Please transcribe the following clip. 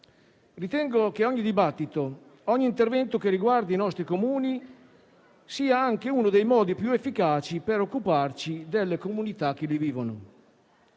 Ritengo che ogni dibattito e ogni intervento sui Comuni sia uno dei modi più efficaci per occuparci delle comunità che vi vivono.